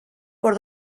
por